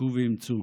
חזקו ואימצו.